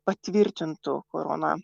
patvirtintų korona